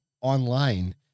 online